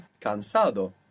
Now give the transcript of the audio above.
Cansado